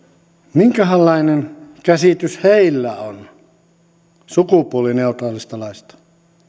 minkähänlainen käsitys heillä on sukupuolineutraalista laista